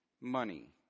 money